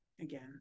again